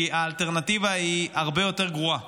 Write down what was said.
כי האלטרנטיבה היא הרבה יותר גרועה.